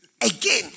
Again